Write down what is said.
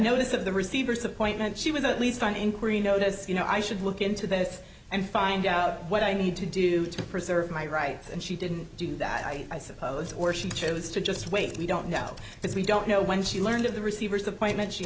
notice of the receiver's appointment she would the least an inquiry notice you know i should look into this and find out what i need to do to preserve my rights and she didn't do that i suppose or she chose to just wait we don't know because we don't know when she learned of the receiver's appointment she